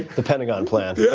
depending on plan. yeah